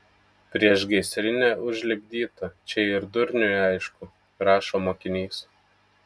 priešgaisrinė užlipdyta čia ir durniui aišku rašo mokinys